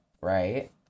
right